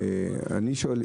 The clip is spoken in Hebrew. אני שואל,